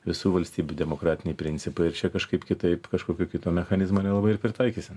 visų valstybių demokratiniai principai ir čia kažkaip kitaip kažkokio kito mechanizmo nelabai ir pritaikysi